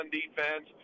defense